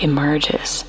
Emerges